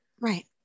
Right